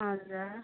हजुर